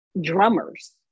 drummers